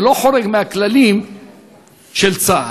זה לא חורג מהכללים של צה"ל.